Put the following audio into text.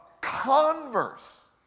Converse